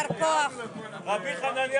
הישיבה ננעלה